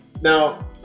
now